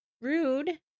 rude